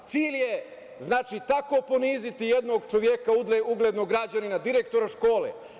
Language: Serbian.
Znači, cilj je tako poniziti jednog čoveka, uglednog građanina, direktora škole.